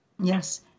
Yes